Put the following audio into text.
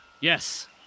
Yes